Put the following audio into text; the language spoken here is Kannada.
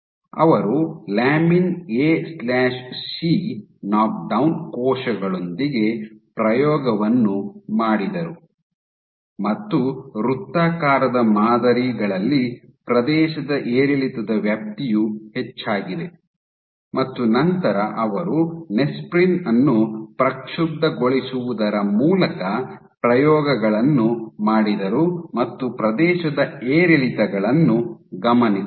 ಅವರು lamin A C lamin AC knock down ಕೋಶಗಳೊಂದಿಗೆ ಪ್ರಯೋಗವನ್ನು ಮಾಡಿದರು ಮತ್ತು ವೃತ್ತಾಕಾರದ ಮಾದರಿಗಳಲ್ಲಿ ಪ್ರದೇಶದ ಏರಿಳಿತದ ವ್ಯಾಪ್ತಿಯು ಹೆಚ್ಚಾಗಿದೆ ಮತ್ತು ನಂತರ ಅವರು ನೆಸ್ಪ್ರಿನ್ ಅನ್ನು ಪ್ರಕ್ಷುಬ್ದಗೊಳಿಸುವುದರ ಮೂಲಕ ಪ್ರಯೋಗಗಳನ್ನು ಮಾಡಿದರು ಮತ್ತು ಪ್ರದೇಶದ ಏರಿಳಿತಗಳನ್ನು ಗಮನಿಸಿದರು